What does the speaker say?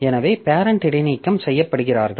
எனவேபேரெண்ட் இடைநீக்கம் செய்யப்படுகிறார்கள்